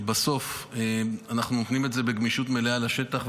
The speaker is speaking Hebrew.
ובסוף אנחנו נותנים את זה בגמישות מלאה לשטח,